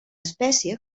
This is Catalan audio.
espècie